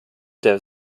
der